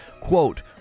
quote